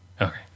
okay